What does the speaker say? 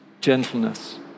gentleness